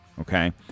Okay